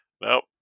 Nope